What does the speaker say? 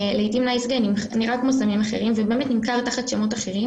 לעתים 'נייס גאי' נראה כמו סמים אחרים ובאמת נמכר תחת שמות אחרים